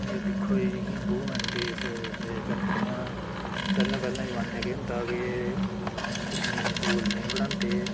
दिक्खो जी जि'यां वूमैन फेस करदियां पैह्लै पैह्लै जमानै केह् होंदा कि कुड़ियें ई स्कूल नेईं हे पढ़ांदे